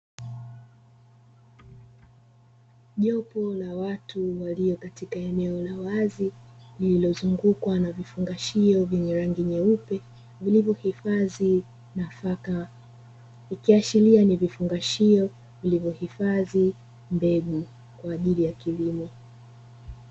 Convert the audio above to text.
Jopo la watu walio katika eneo la wazi lililozungukwa na vifungashio vyenye rangi nyeupe vilivyoifadhi nafaka ikiashiria vifungashio ni vifungashio vilivyoifadhi mbegu kwa ajili ya kilimo.